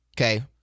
okay